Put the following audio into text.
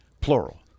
plural